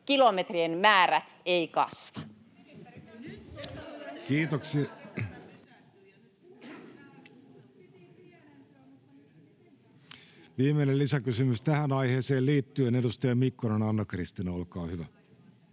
Time: 16:30 Content: Kiitoksia. — Viimeinen lisäkysymys tähän aiheeseen liittyen. — Edustaja Mikkonen, Anna-Kristiina, olkaa hyvä.